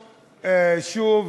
יאללה.